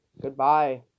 Goodbye